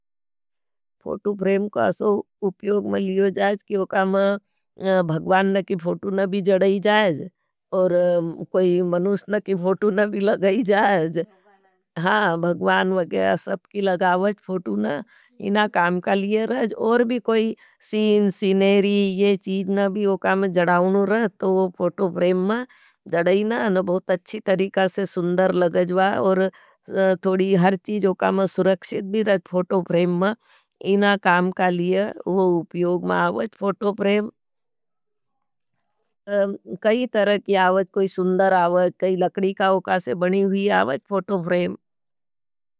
Photo frame को असो उप्योग में लियो जाज। कि वो काम भगवान ना की फोटो ना भी जड़ाई जाज। और कोई मनूस ना की फ़ोटो ना भी लगाई जाज। हाँ भगवान वगया सब की लगावज फोटो ना इना काम का लिये रह जौर भी कोई सीन, सीनेरी ये चीज ना भी वो काम जड़ाऊन रह। तो वो फोटो फ्रेम में जड़ाई ना और बहुत अच्छी तरीका से सुन्दर लगजवा। और थोड़ी हर चीज वो काम सुरक्षि सुन्दर लगजवा और थोड़ी हर चीज वो काम सुरक्षित् भी रहे फोटोफ्रेम माँ। इन काम के लिए वो उपयोग माँ अवत कई तरीक़ा के अवात। कई तरह की सुंदर आवत कोई लकड़ी के अवत बनी हुई आवत फोटो फ़्रेम।